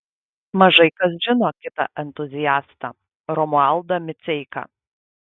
mažai kas žino kitą entuziastą romualdą miceiką